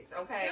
okay